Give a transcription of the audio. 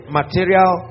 material